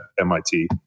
MIT